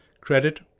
Credit